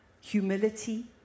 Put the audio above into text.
humility